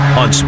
on